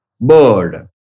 bird